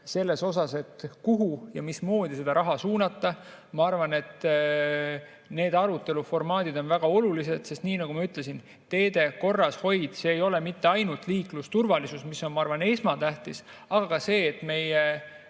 tulla välja, et kuhu ja mismoodi seda raha suunata. Ma arvan, et need aruteluformaadid on väga olulised, sest nagu ma ütlesin, teede korrashoid ei ole mitte ainult liiklusturvalisus, mis on, ma arvan, esmatähtis, aga see, et meie